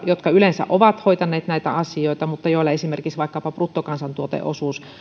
jotka yleensä ovat hoitaneet näitä asioita mutta joilla esimerkiksi vaikkapa bruttokansantuoteosuus